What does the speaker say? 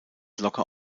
locker